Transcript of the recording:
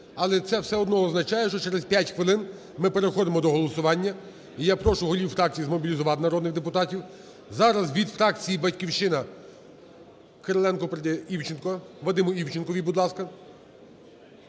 Але це все одно означає, що це через 5 хвилин ми переходимо до голосування, і я прошу голів фракцій змобілізувати народних депутатів. Зараз від фракції "Батьківщина" Кириленко передає Івченку. Вадиму Івченку, будь ласка.